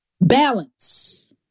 balance